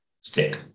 stick